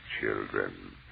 children